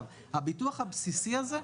הביטוח הבסיסי הזה,